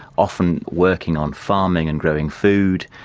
often working on farming and growing food,